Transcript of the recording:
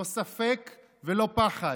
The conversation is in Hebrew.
לא ספק ולא פחד,